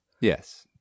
Yes